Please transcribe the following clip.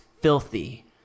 filthy